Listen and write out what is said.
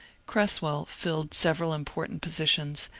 cresswell filled several important positions,